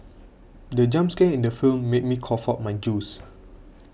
the jump scare in the film made me cough out my juice